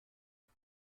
اون